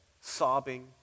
sobbing